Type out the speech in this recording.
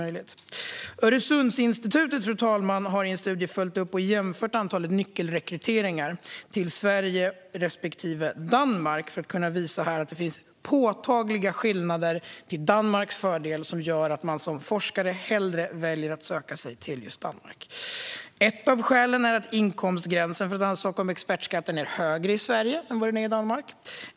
Öresundsinstitutet har i en studie följt upp och jämfört antalet nyckelrekryteringar till Sverige respektive Danmark, fru talman, för att kunna visa att det finns påtagliga skillnader till Danmarks fördel som gör att man som forskare hellre väljer att söka sig dit. Ett av skälen är att inkomstgränsen för att få ansöka om expertskatt är högre i Sverige än i Danmark.